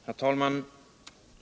Herr talman!